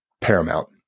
paramount